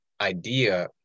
idea